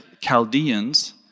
Chaldeans